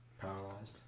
Paralyzed